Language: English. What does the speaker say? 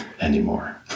anymore